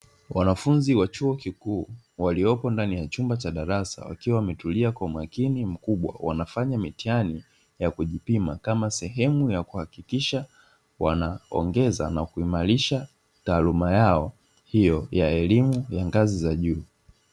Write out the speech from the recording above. Wanafunzi wa chuo kikuu, waliopo ndani ya chumba cha darasa wakiwa wametulia kwa umakini mkubwa, wanafanya mitihani ya kujipima kama sehemu ya kuhakikisha wanaongeza na kuimarisha taaluma yao hiyo ya elimu ya ngazi za juu.